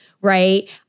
right